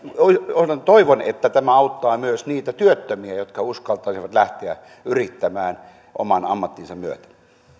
toivon että tämä auttaa myös työttömiä että he uskaltaisivat lähteä yrittämään oman ammattinsa myötä